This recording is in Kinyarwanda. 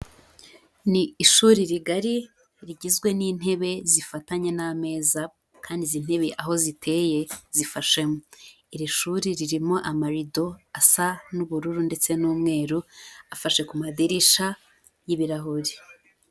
Ni ishuri rigari rigizwe n'intebe zifatanye n'ameza kandi izi ntebe aho ziteye zifashemo. Iri shuri ririmo amarido asa n'ubururu ndetse n'umweru afashe ku madirisha y'ibirahuri.